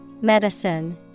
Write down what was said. medicine